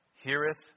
Heareth